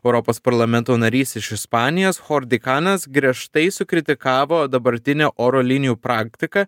europos parlamento narys iš ispanijos chordi kanas griežtai sukritikavo dabartinę oro linijų praktiką